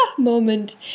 moment